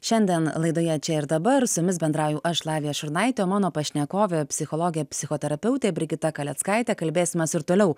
šiandien laidoje čia ir dabar su jumis bendrauju aš lavija šurnaitė o mano pašnekovė psichologė psichoterapeutė brigita kaleckaitė kalbėsimės ir toliau